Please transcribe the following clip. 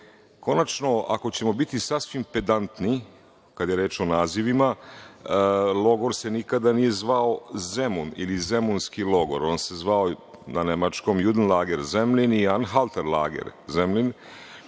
naziv. Konačno, ako ćemo biti sasvim pedantni, kada je reč o nazivima, logor se nikada nije zvao Zemun ili zemunski logor, već se zvao na nemačkom „Judenlager Semlin“ i „Anhaltelager Semlin“.